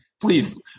please